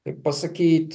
kaip pasakyt